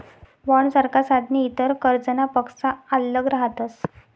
बॉण्डसारखा साधने इतर कर्जनापक्सा आल्लग रहातस